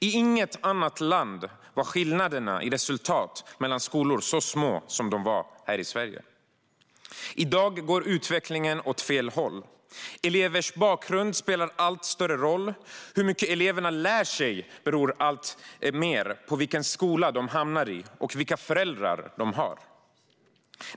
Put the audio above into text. Inte i något annat land var skillnaderna i resultat mellan skolor så små som de var här i Sverige. I dag går utvecklingen åt fel håll. Elevers bakgrund spelar allt större roll, och hur mycket eleverna lär sig beror alltmer på vilken skola de hamnar i och vilka föräldrar de har.